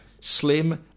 Slim